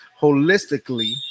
holistically